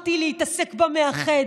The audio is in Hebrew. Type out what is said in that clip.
בחרתי להתעסק במאחד,